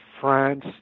France